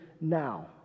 now